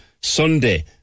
Sunday